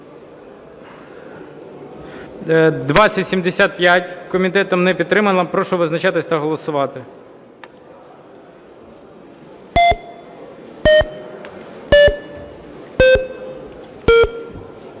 2075, комітетом не підтримана. Прошу визначатись та голосувати.